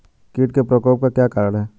कीट के प्रकोप के क्या कारण हैं?